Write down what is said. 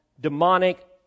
demonic